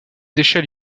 déchets